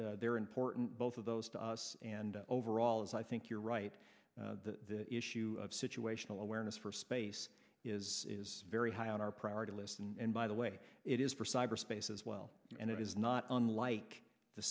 they're important both of those to us and overall as i think you're right the issue of situational awareness for space is very high on our priority list and by the way it is for cyberspace as well and it is not unlike the